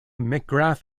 mcgrath